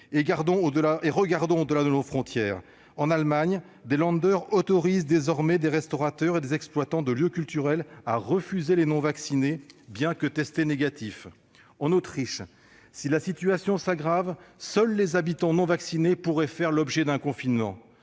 Regardons au-delà de nos frontières : en Allemagne, certains autorisent désormais les restaurateurs et les exploitants de lieux culturels à refuser les non-vaccinés, bien que testés négatifs ; en Autriche, si la situation s'aggrave, seuls les habitants non vaccinés pourraient faire l'objet d'un confinement.